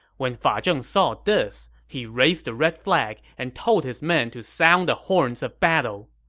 when fa zheng saw this, he raised the red flag and told his men to sound the horns of battle.